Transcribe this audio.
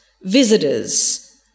visitors